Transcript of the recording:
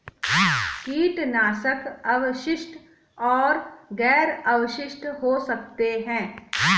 कीटनाशक अवशिष्ट और गैर अवशिष्ट हो सकते हैं